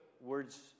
words